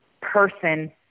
person